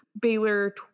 Baylor